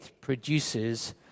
produces